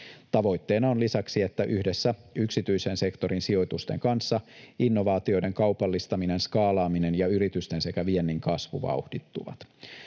Tavoitteena on lisäksi, että yhdessä yksityisen sektorin sijoitusten kanssa innovaatioiden kaupallistaminen, skaalaaminen ja yritysten sekä viennin kasvu vauhdittuvat.